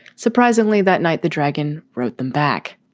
surprisingly, that night, the dragon wrote them back.